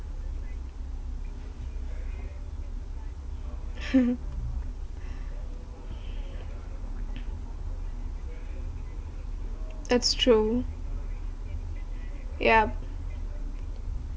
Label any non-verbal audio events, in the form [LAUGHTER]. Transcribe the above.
[LAUGHS] that's true yup